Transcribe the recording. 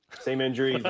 same injury.